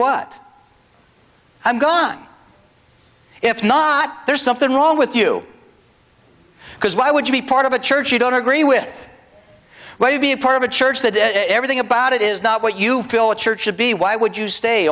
what i'm gone if not there's something wrong with you because why would you be part of a church you don't agree with will you be a part of a church that everything about it is not what you feel the church should be why would you stay